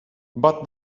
but